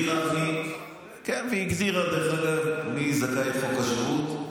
והיא הגדירה מי זכאי חוק השבות,